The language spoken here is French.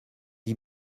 dix